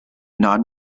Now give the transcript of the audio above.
non